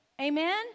Amen